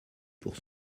pour